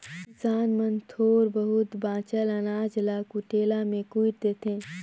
किसान मन थोर बहुत बाचल अनाज ल कुटेला मे कुइट देथे